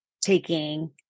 taking